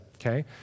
okay